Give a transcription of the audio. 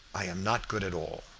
i am not good at all,